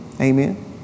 Amen